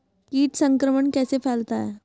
कीट संक्रमण कैसे फैलता है?